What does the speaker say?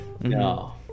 No